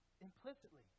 implicitly